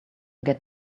get